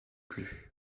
plus